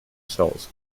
cells